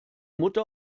mutter